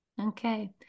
Okay